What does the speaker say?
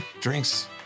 drinks